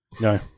No